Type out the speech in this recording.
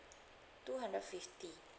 two hundred fifty